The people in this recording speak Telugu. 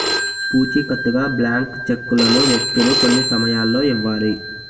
పూచికత్తుగా బ్లాంక్ చెక్కులను వ్యక్తులు కొన్ని సమయాల్లో ఇవ్వాలి